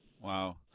Wow